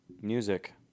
Music